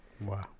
Wow